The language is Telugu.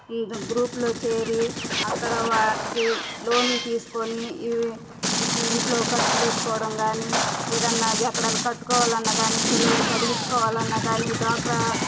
ఈ గ్రూప్లో చేరి అక్కడ వాటికి లోన్లు తీసుకుని ఇవి ఇంట్లో ఖర్చు పెట్టుకోవడం కానీ ఏదైనా ఎక్కడైనా కట్టుకోవాలి అన్నా కానీ పిల్లల్ని చదివించుకోవాలన్నా కానీ డ్వాక్రా